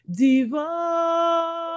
divine